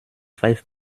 five